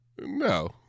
No